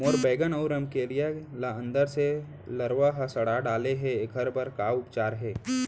मोर बैगन अऊ रमकेरिया ल अंदर से लरवा ह सड़ा डाले हे, एखर बर का उपचार हे?